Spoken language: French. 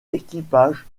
équipage